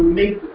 make